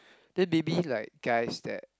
then maybe like guys that